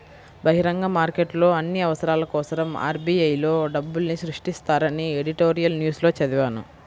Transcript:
బహిరంగ మార్కెట్లో అన్ని అవసరాల కోసరం ఆర్.బి.ఐ లో డబ్బుల్ని సృష్టిస్తారని ఎడిటోరియల్ న్యూస్ లో చదివాను